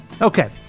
okay